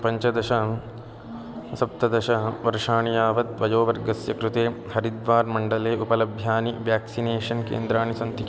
पञ्चदश सप्तदशवर्षाणि यावत् वयोवर्गस्य कृते हरिद्वारमण्डले उपलभ्यानि व्याक्सिनेषन् केन्द्राणि सन्ति